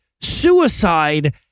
suicide